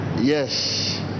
yes